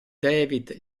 david